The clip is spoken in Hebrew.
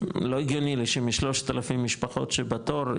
לא הגיוני שמ-3000 משפחות שבתור,